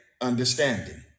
understanding